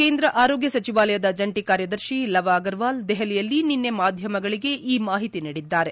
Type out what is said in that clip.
ಕೇಂದ್ರ ಆರೋಗ್ಗ ಸಚಿವಾಲಯದ ಜಂಟ ಕಾರ್ಯದರ್ಶಿ ಲವ ಅಗರವಾಲ್ ದೆಹಲಿಯಲ್ಲಿ ನಿನ್ನೆ ಮಾಧ್ಯಮಗಳಿಗೆ ಈ ಮಾಹಿತಿ ನೀಡಿದರು